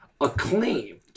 acclaimed